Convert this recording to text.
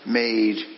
made